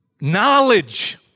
knowledge